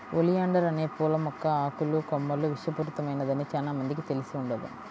oleander అనే పూల మొక్క ఆకులు, కొమ్మలు విషపూరితమైనదని చానా మందికి తెలిసి ఉండదు